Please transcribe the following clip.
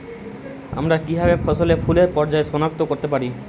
আমরা কিভাবে ফসলে ফুলের পর্যায় সনাক্ত করতে পারি?